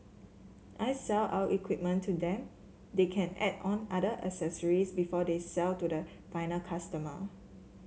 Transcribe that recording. I sell our equipment to them they can add on other accessories before they sell to the final customer